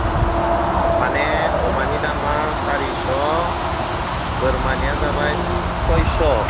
अ माने अमानि दामआ सारिस' बोरमानिया जाबाय सयस'